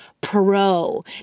Pro